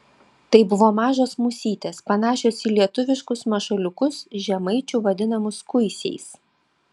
tai buvo mažos musytės panašios į lietuviškus mašaliukus žemaičių vadinamus kuisiais